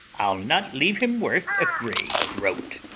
i'll not leave him worth a grey groat.